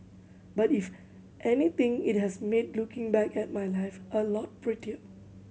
but if anything it has made looking back at my life a lot prettier